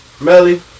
Melly